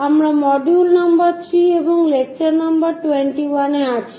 আমরা মডিউল নং 3 এবং লেকচার নম্বর 21 আছি